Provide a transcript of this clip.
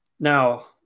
Now